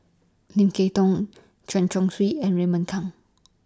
Lim Kay Tong Chen Chong Swee and Raymond Kang